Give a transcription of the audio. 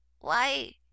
Why